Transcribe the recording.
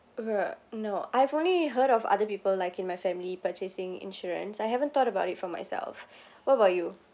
ugh no I've only heard of other people like in my family purchasing insurance I haven't thought about it for myself what about you